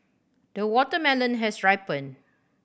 the watermelon has ripened